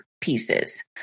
pieces